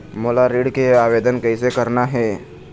मोला ऋण के आवेदन कैसे करना हे?